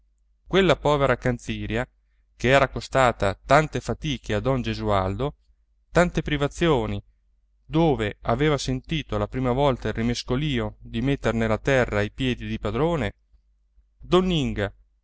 quella povera canziria che era costata tante fatiche a don gesualdo tante privazioni dove aveva sentito la prima volta il rimescolìo di mettere nella terra i piedi di padrone donninga